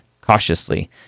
cautiously